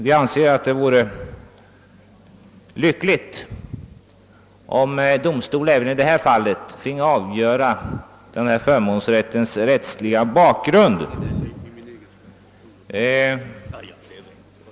Vi skulle anse det lyckligt om domstol också i detta fall fick avgöra den rättsliga bakgrunden till denna förmånsrätt.